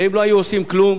הרי אם לא היו עושים כלום,